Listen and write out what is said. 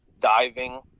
diving